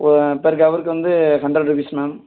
per ஹவருக்கு வந்து hundred rupees ma'am